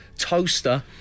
toaster